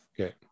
Okay